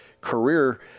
career